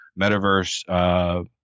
metaverse